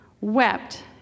wept